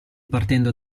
partendo